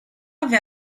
have